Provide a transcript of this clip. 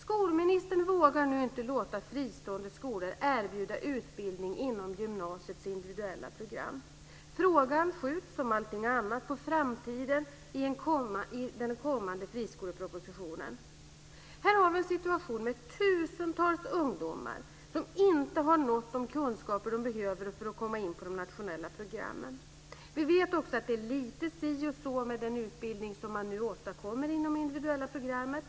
Skolministern vågar nu inte låta fristående skolor erbjuda utbildning inom gymnasiets individuella program. Frågan skjuts som allting annat på framtiden i den kommande friskolepropositionen. Här har vi en situation med tusentals ungdomar som inte har nått de kunskaper de behöver för att komma in på de nationella programmen. Vi vet också att det är lite si och så med den utbildning som man nu åstadkommer inom det individuella programmet.